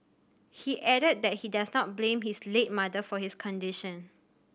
he added that he does not blame his late mother for his condition